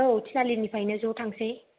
औ थिनालि निफ्रायनो ज' थांनोसै